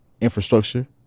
infrastructure